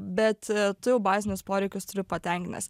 bet tu jau bazinius poreikius turiu patenkint nes